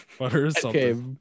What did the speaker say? Okay